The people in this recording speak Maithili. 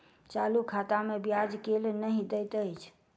चालू खाता मे ब्याज केल नहि दैत अछि